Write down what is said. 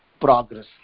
progress